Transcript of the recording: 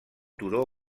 turó